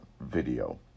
video